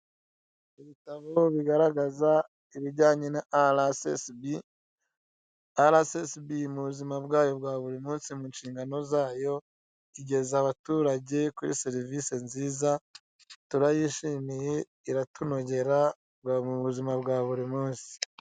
Ibitabo bigaragaza ibijyanye na arasesibi, arasesibi mu buzima bwayo bwa buri munsi mu nshingano zayo igeza abaturage kuri serivise nziza, turayishimiye iratunogera mu buzima bwa buri munsi.